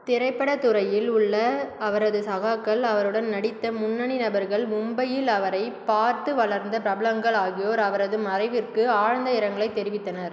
திரைப்படத் துறையில் உள்ள அவரது சகாக்கள் அவருடன் நடித்த முன்னணி நபர்கள் மும்பையில் அவரைப் பார்த்து வளர்ந்த பிரபலங்கள் ஆகியோர் அவரது மறைவிற்கு ஆழ்ந்த இரங்கலைத் தெரிவித்தனர்